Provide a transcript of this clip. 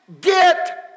get